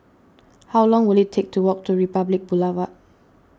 how long will it take to walk to Republic Boulevard